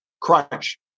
crunch